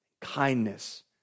kindness